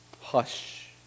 Hush